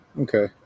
Okay